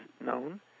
known